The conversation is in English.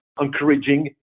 encouraging